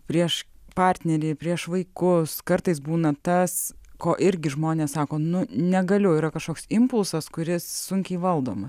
prieš partnerį prieš vaikus kartais būna tas ko irgi žmonės sako nu negaliu yra kažkoks impulsas kuris sunkiai valdomas